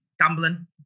gambling